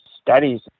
studies